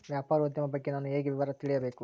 ವ್ಯಾಪಾರೋದ್ಯಮ ಬಗ್ಗೆ ನಾನು ಹೇಗೆ ವಿವರ ತಿಳಿಯಬೇಕು?